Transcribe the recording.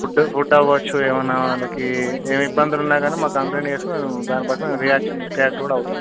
food food అవ్వవచ్చు ఏవైనా వాళ్ళకి ఏమి ఇబ్బందులు ఉన్నాకానీ మాకు కంప్లైంట్ చేస్తే దాన్ని బట్టి మేము రియాక్షన్ రియాక్ట్ కూడా అవుతాము